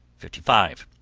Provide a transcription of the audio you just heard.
thirty five.